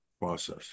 process